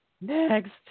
Next